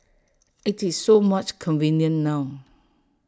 IT is so much convenient now